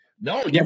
No